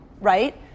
right